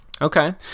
okay